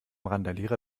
randalierer